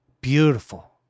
beautiful